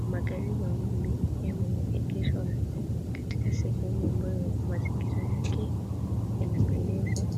Magari mawili yameegeshwa katika sehemu ambayo mazingira yake yanapendeza